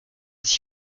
sich